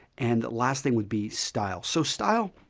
and the last thing would be style. so, style